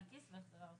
דמי הכיס והחזר ההוצאות.